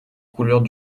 couleurs